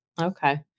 okay